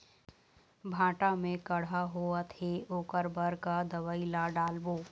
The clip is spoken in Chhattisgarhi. भांटा मे कड़हा होअत हे ओकर बर का दवई ला डालबो?